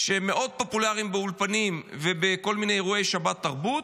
שהם מאוד פופולריים באולפנים ובכל מיני אירועי שבתרבות,